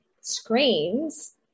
screens